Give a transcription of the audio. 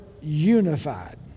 unified